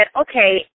okay